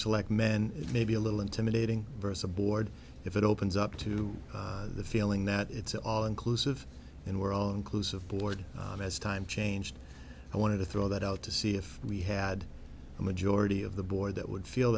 select men it may be a little intimidating for us aboard if it opens up to the feeling that it's all inclusive and we're all inclusive board and as time changed i wanted to throw that out to see if we had a majority of the board that would feel